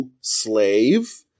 slave